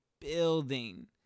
building